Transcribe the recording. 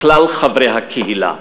כלל חברי הקהילה,